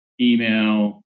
email